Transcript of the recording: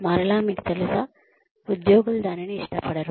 మరలా మీకు తెలుసా ఉద్యోగులు దానిని ఇష్టపడరు